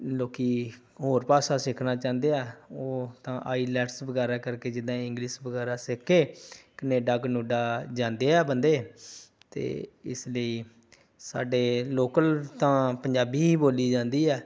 ਲੋਕ ਹੋਰ ਭਾਸ਼ਾ ਸਿੱਖਣਾ ਚਾਹੁੰਦੇ ਆ ਉਹ ਤਾਂ ਆਈਲੈਟਸ ਵਗੈਰਾ ਕਰਕੇ ਜਿੱਦਾਂ ਇੰਗਲਿਸ਼ ਵਗੈਰਾ ਸਿੱਖ ਕੇ ਕਨੇਡਾ ਕਨੂਡਾ ਜਾਂਦੇ ਆ ਬੰਦੇ ਅਤੇ ਇਸ ਲਈ ਸਾਡੇ ਲੋਕਲ ਤਾਂ ਪੰਜਾਬੀ ਹੀ ਬੋਲੀ ਜਾਂਦੀ ਆ